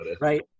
right